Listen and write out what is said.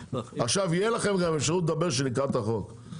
עכשיו יהיה לכם גם אפשרות לדבר כשנקרא את החוק,